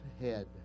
head